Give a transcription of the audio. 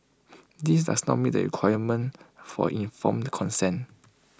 this does not meet the requirement for informed consent